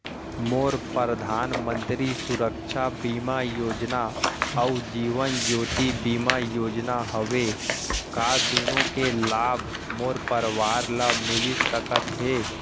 मोर परधानमंतरी सुरक्षा बीमा योजना अऊ जीवन ज्योति बीमा योजना हवे, का दूनो के लाभ मोर परवार ल मिलिस सकत हे?